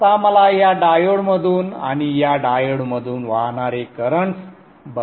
आता मला या डायोड मधून आणि या डायोडमधून वाहणारे करंटस बघायचे आहेत